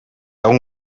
egun